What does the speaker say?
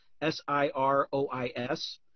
S-I-R-O-I-S